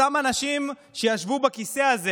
אותם אנשים שישבו בכיסא הזה